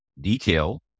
detail